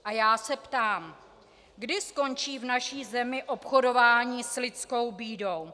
A já se ptám, kdy skončí v naší zemi obchodování s lidskou bídou.